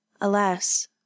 Alas